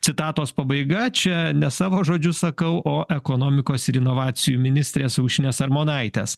citatos pabaiga čia ne savo žodžiu sakau o ekonomikos ir inovacijų ministrės aušrinės armonaitės